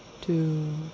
two